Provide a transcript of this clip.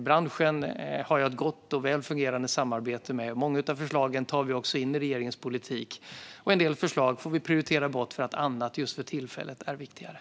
Jag har ett gott och väl fungerande samarbete med branschen. Många av dessa förslag tar vi in i regeringens politik. En del förslag måste vi prioritera bort för att annat är viktigare för tillfället.